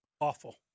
Awful